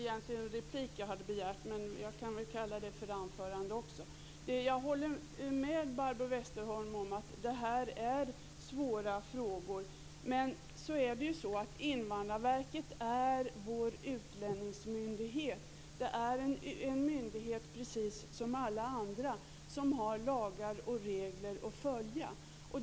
Herr talman! Jag håller med Barbro Westerholm om att det här är svåra frågor. Invandrarverket är vår utlänningsmyndighet. Det är en myndighet, precis som alla andra, som har lagar och regler att följa.